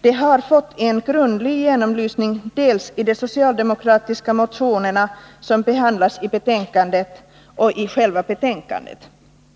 De har fått en noggrann genomlysning dels i de socialdemokratiska motioner som behandlas i betänkandet, dels i själva betänkandet.